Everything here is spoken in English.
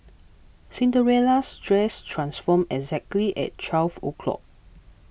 Cinderella's dress transformed exactly at twelve o' clock